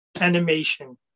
animation